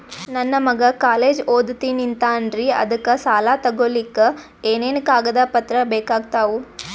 ನನ್ನ ಮಗ ಕಾಲೇಜ್ ಓದತಿನಿಂತಾನ್ರಿ ಅದಕ ಸಾಲಾ ತೊಗೊಲಿಕ ಎನೆನ ಕಾಗದ ಪತ್ರ ಬೇಕಾಗ್ತಾವು?